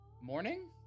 morning